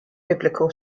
biblical